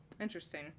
interesting